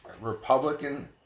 Republican